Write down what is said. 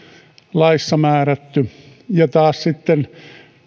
laissa määrätty velvollisuus ja taas sitten